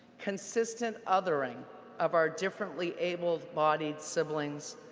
consistent othering of our differently able-bodied siblings,